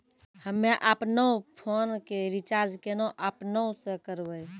हम्मे आपनौ फोन के रीचार्ज केना आपनौ से करवै?